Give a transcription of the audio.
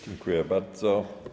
Dziękuję bardzo.